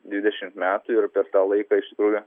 dvidešimt metų ir per tą laiką iš tikrųjų